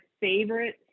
favorite